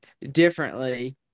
differently